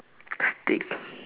stick